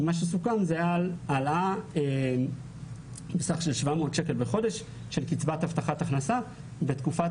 הכוונה להעלאה של 700 שקלים לחודש של קצבת הבטחת הכנסה בתקופת